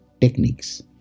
techniques